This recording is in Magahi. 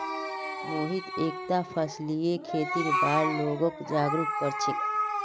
मोहित एकता फसलीय खेतीर बार लोगक जागरूक कर छेक